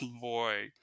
boy